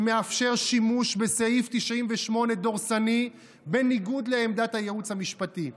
שמאפשר שימוש בסעיף 98 דורסני בניגוד לעמדת הייעוץ המשפטי,